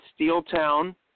Steeltown